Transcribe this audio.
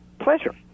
pleasure